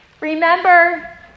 Remember